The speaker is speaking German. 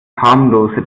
harmlose